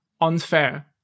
unfair